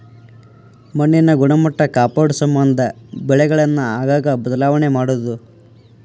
ಮಣ್ಣಿನ ಗುಣಮಟ್ಟಾ ಕಾಪಾಡುಸಮಂದ ಬೆಳೆಗಳನ್ನ ಆಗಾಗ ಬದಲಾವಣೆ ಮಾಡುದು